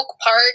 Park